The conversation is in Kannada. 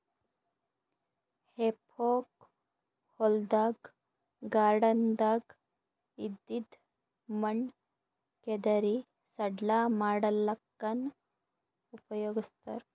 ಹೆಫೋಕ್ ಹೊಲ್ದಾಗ್ ಗಾರ್ಡನ್ದಾಗ್ ಇದ್ದಿದ್ ಮಣ್ಣ್ ಕೆದರಿ ಸಡ್ಲ ಮಾಡಲ್ಲಕ್ಕನೂ ಉಪಯೊಗಸ್ತಾರ್